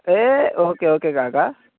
హే okay okay కాకా